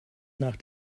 nach